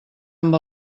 amb